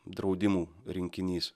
draudimų rinkinys